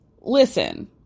listen